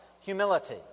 humility